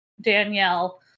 Danielle